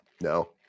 No